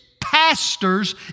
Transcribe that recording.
pastors